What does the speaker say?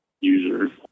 user